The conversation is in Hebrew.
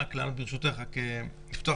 חיוביים